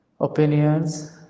opinions